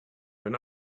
when